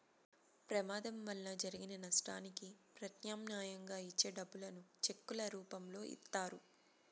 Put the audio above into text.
ప్రమాదం వలన జరిగిన నష్టానికి ప్రత్యామ్నాయంగా ఇచ్చే డబ్బులను చెక్కుల రూపంలో ఇత్తారు